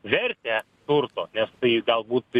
vertę turto nes tai galbūt